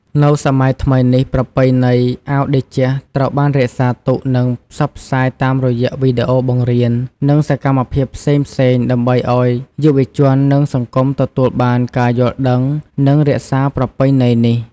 នៅសម័យថ្មីនេះ ប្រពៃណីអាវតេជៈត្រូវបានរក្សាទុក និងផ្សព្វផ្សាយតាមរយៈវីដេអូបង្រៀន និងសកម្មភាពផ្សេងៗ ដើម្បីអោយយុវជន និងសង្គមទទួលបានការយល់ដឹង និងរក្សាប្រពៃណីនេះ។